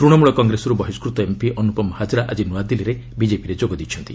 ତୂଶମୂଳ କଂଗ୍ରେସରୁ ବହିଷ୍କୃତ ଏମ୍ପି ଅନୁପମ ହାକରା ଆଜି ନୂଆଦିଲ୍ଲୀରେ ବିକେପିରେ ଯୋଗଦେଇଛନ୍ତି